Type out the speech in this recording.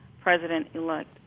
President-elect